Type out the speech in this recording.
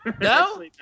No